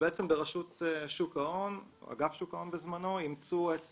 ברשות שוק ההון אימצו את